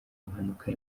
impanuka